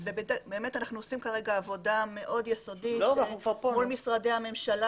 אנחנו עושים כרגע עבודה מאוד יסודית מול משרדי הממשלה